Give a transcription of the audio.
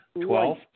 Twelve